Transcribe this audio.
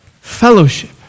fellowship